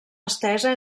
estesa